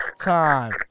time